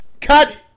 Cut